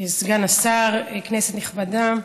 סגן השר, כנסת נכבדה,